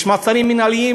יש מעצרים מינהליים,